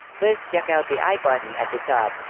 please check out the i button at the top,